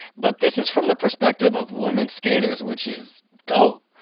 but this is from the perspective of women skaters, which is dope.